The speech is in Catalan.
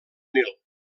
nil